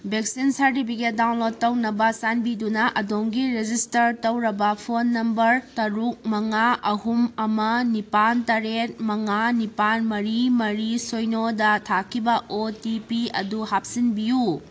vaccine ꯁꯥꯔꯗꯤꯕꯤꯒꯦꯠ download ꯇꯧꯅꯕ ꯆꯥꯟꯕꯤꯗꯨꯅ ꯑꯗꯣꯝꯒꯤ ꯔꯦꯖꯤꯁꯇꯔ ꯇꯧꯔꯕ ꯐꯣꯟ ꯅꯝꯕꯔ ꯇꯔꯨꯛ ꯃꯉꯥ ꯑꯍꯨꯝ ꯑꯃ ꯅꯤꯄꯥꯜ ꯇꯔꯦꯠ ꯃꯉꯥ ꯅꯤꯄꯥꯜ ꯃꯔꯤ ꯃꯔꯤ ꯁꯤꯅꯣꯗ ꯊꯥꯈꯤꯕ ꯑꯣ ꯇꯤ ꯄꯤ ꯑꯗꯨ ꯍꯥꯞꯆꯤꯟꯕꯤꯌꯨ